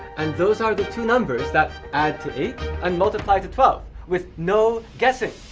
and those are the two numbers that add to eight and multiply to twelve with no guessing.